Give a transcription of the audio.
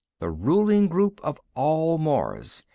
the ruling group of all mars,